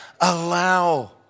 Allow